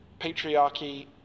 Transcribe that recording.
patriarchy